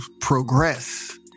progress